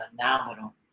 phenomenal